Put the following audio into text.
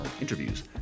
interviews